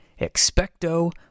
Expecto